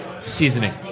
seasoning